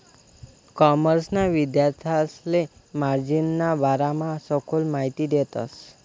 कॉमर्सना विद्यार्थांसले मार्जिनना बारामा सखोल माहिती देतस